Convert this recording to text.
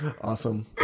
awesome